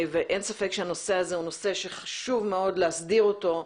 ואין ספק שהנושא הזה הוא נושא שחשוב מאוד להסדיר אותו,